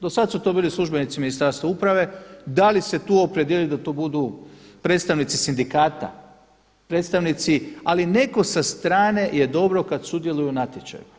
Do sada su to bili službenici Ministarstva uprave, d ali se tu opredijeliti da to budu predstavnici sindikata, ali neko sa strane je dobro kada sudjeluje u natječaju.